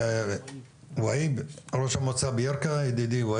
בבקשה, והיב ראש המועצה בירכא, ידידי.